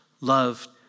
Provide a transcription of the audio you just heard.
loved